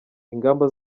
ingamba